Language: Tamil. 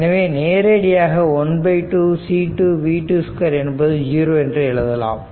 எனவே நேரடியாகவே ½ C2v22 என்பது 0 என்று எழுதலாம்